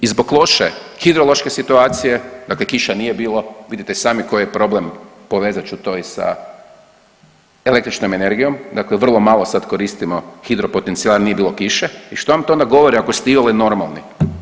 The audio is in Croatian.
zbog loše hidrološke situacije, dakle kiša nije bilo, vidite i sami koji je problem, povezat ću to i sa električnom energijom, dakle vrlo malo sad koristimo hidropotencijale jer nije bilo kiše i što vam to onda govori ako ste iole normalni?